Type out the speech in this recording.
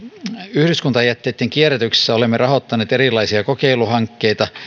yhdyskuntajätteitten kierrätyksessä olemme rahoittaneet erilaisia kokeiluhankkeita